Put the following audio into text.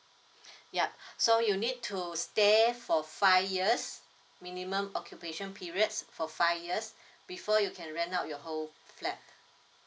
yup so you need to stay for five years minimum occupation period for five years before you can rent out your whole flat